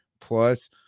plus